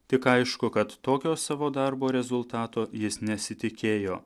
tik aišku kad tokio savo darbo rezultato jis nesitikėjo